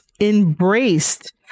embraced